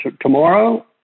tomorrow